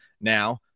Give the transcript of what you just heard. now